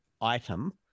item